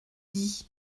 dit